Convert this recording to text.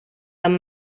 tant